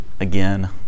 again